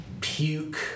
puke